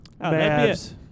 Mavs